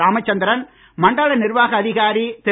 ராமச்சந்திரன் மண்டல நிர்வாக அதிகாரி திரு